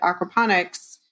aquaponics